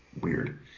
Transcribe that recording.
Weird